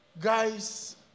Guys